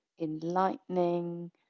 enlightening